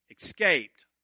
Escaped